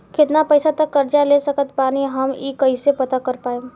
केतना पैसा तक कर्जा ले सकत बानी हम ई कइसे पता कर पाएम?